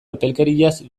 epelkeriaz